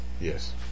Yes